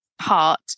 heart